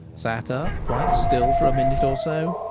sat up quite still for a minute or so,